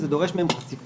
בעצם, זה דורש מהם חשיפה